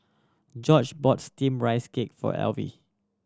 George bought Steamed Rice Cake for Elvie